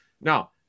Now